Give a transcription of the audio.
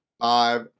Five